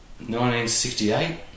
1968